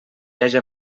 haja